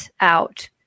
out